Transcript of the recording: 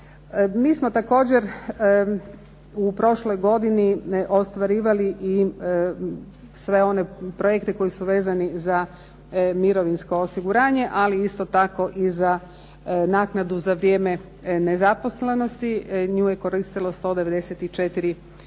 Mi smo također u prošloj godini ostvarivali i sve one projekte koji su vezani za mirovinsko osiguranje, ali isto tako i za naknadu za vrijeme nezaposlenosti. Nju je koristilo 194 korisnika.